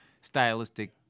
stylistic